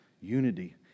unity